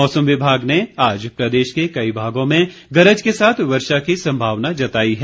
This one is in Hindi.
मौसम विभाग ने आज प्रदेश के कई भागों में गरज के साथ वर्षा की संभावना जताई है